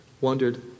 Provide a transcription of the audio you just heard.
wondered